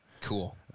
cool